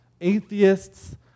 atheists